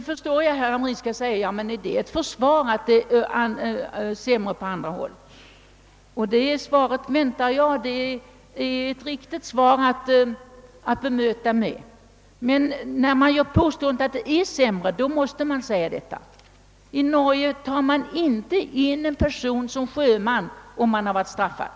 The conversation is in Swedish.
— Nu förstår jag, att herr Hamrin i Kalmar kommer att säga, att det inte är något försvar för oss att det är sämre på andra håll. Och det är en riktig frågeställning. Men när det påstås, att det är sämre i Sverige, måste man komma med ett genmäle. I Norge tar man t.ex. inte in en person som sjöman, om han tidigare varit straffad.